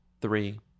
three